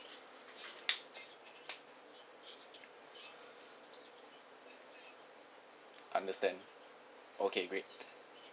understand okay great